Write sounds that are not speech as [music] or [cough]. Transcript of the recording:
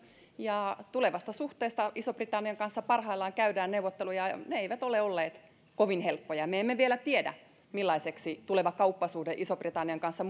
ja tulevasta suhteesta ison britannian kanssa käydään parhaillaan neuvotteluja ja ne eivät ole olleet kovin helppoja me emme vielä tiedä millaiseksi tuleva kauppasuhde ison britannian kanssa [unintelligible]